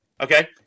Okay